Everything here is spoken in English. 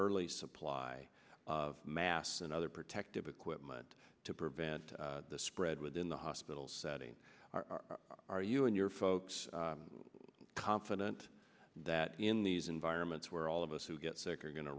early supply of mass and other protective equipment to prevent the spread within the hospital setting are you and your folks confident that in these environments where all of us who get sick are going to